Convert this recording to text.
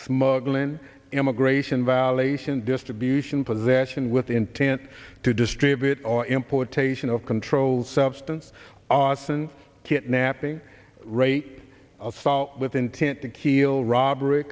smuggle in immigration violation distribution possession with intent to distribute or importation of controlled substance arson kidnapping rape assault with intent to keel robbery